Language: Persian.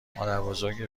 مادربزرگ